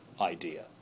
idea